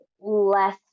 less